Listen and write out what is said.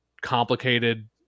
complicated